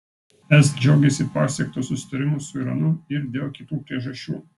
es džiaugiasi pasiektu susitarimu su iranu ir dėl kitų priežasčių